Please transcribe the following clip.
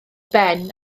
ben